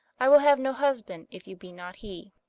i will have no husband if you be not he.